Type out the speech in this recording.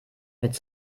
mit